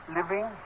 living